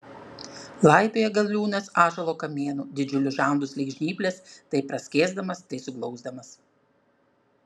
laipioja galiūnas ąžuolo kamienu didžiulius žandus lyg žnyples tai praskėsdamas tai suglausdamas